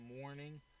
morning